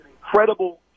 incredible